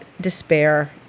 despair